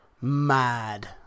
Mad